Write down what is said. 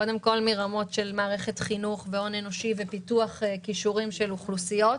קודם כול מרמות של מערכת חינוך והון אנושי ופיתוח כישורים של אוכלוסיות,